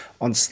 on